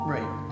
Right